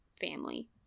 family